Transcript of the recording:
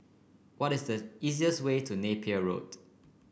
what is the easiest way to Napier Road